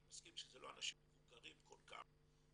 ואני מסכים שזה לא אנשים מבוגרים כל כך,